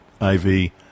IV